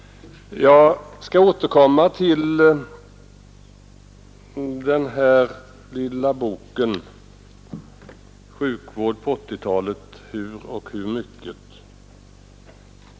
Jag skall återkomma till boken Sjukvård på 80-talet, hur och hur mycket?